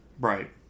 Right